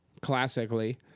classically